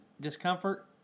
discomfort